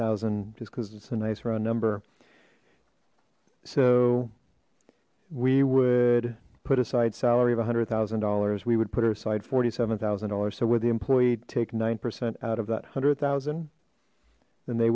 thousand just because it's a nice round number so we would put aside salary of a hundred thousand dollars we would put her side forty seven thousand dollars so where the employee take nine percent out of that hundred thousand the